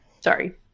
Sorry